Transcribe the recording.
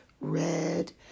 red